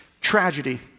tragedy